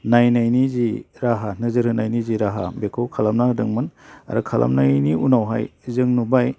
नायनायनि जि राहा नोजोर होनायनि जि राहा बेखौ खालामना होदोंमोन आरो खालामनायनि उनावहाय जों नुबाय